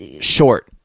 short